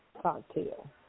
cocktail